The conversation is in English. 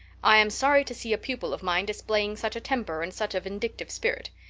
i am sorry to see a pupil of mine displaying such a temper and such a vindictive spirit,